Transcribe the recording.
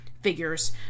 figures